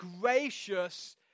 gracious